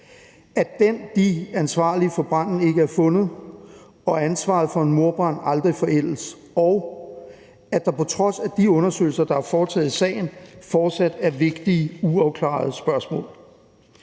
at den/de ansvarlige for branden ikke er fundet, og at ansvaret for en mordbrand aldrig forældes, og - at der på trods af de undersøgelser, der har været foretaget i sagen, fortsat er vigtige uafklarede spørgsmål.